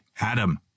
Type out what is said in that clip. Adam